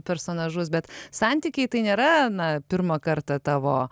personažus bet santykiai tai nėra na pirmą kartą tavo